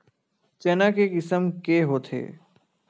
चना के किसम के होथे?